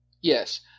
Yes